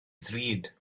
ddrud